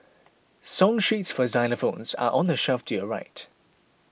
song sheets for xylophones are on the shelf to your right